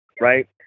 right